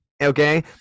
okay